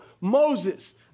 Moses